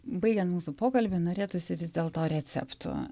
baigiant mūsų pokalbį norėtųsi vis dėlto recepto